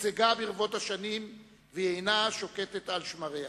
שגשגה ברבות השנים והיא אינה שוקטת על שמריה.